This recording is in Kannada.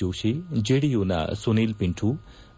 ಜೋಷಿ ಜೆಡಿಯುನ ಸುನೀಲ್ ಪಿಂಟೂ